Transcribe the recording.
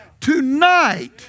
tonight